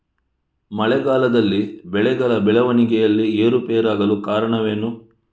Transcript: ಮಳೆಗಾಲದಲ್ಲಿ ಬೆಳೆಗಳ ಬೆಳವಣಿಗೆಯಲ್ಲಿ ಏರುಪೇರಾಗಲು ಕಾರಣವೇನು?